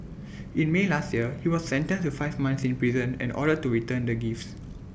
in may last year he was sentenced to five months in prison and ordered to return the gifts